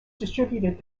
distributed